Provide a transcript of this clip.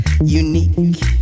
Unique